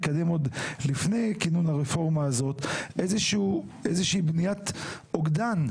אם עוד לפני כינון הרפורמה הזאת תקדם איזושהי בניית אוגדן,